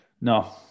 no